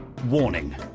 Warning